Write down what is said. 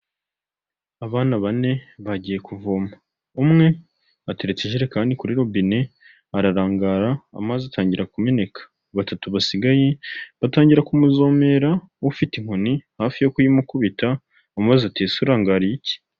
Abana bane bagiye kuvoma, umwe ateretse ijerekani kuri robini ararangara amazi atangira kumeneka, batatu basigaye batangira kumuzomera ufite inkoni hafi yo kuyimukubita amubaza ati ese urangariye iki?